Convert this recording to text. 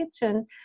kitchen